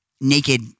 naked